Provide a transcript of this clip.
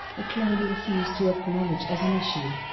a claim he refused to acknowledge as an issue.